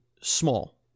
small